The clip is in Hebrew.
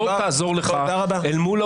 בעיקר בכל מה שמדובר על